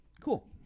cool